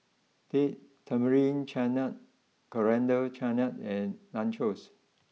date Tamarind Chutney Coriander Chutney and Nachos